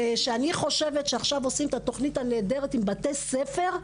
אני חושבת שעכשיו עושים את התוכנית הנהדרת עם בתי ספר,